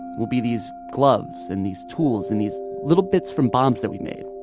will be these gloves and these tools and these little bits from bombs that we made,